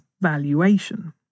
valuation